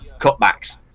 cutbacks